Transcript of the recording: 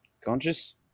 conscious